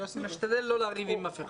אני משתדל לא לריב עם אף אחד...